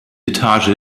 etage